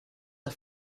the